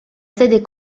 sede